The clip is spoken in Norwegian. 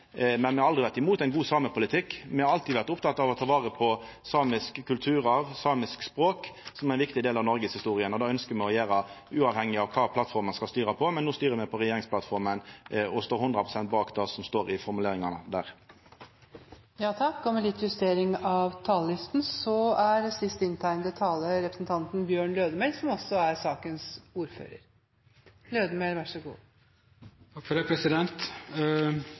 men me har aldri vore imot ein god samepolitikk. Me har alltid vore opptekne av å ta vare på samisk kulturarv og samisk språk, som er ein viktig del av Noregs historie. Det ønskjer me å gjera uavhengig av kva for plattform me skal styra på. No styrer me på regjeringsplattforma og står hundre prosent bak det som står i formuleringane der. Ei lita oppsummering av debatten: Eg tykkjer det er blitt veldig klart at hovudlinjene i norsk samepolitikk ligg fast, og at det er